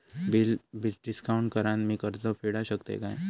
Bill discount करान मी कर्ज फेडा शकताय काय?